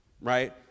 right